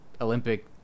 Olympic